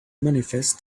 manifest